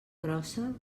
grossa